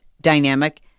dynamic